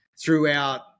throughout